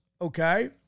okay